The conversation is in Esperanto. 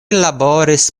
laboris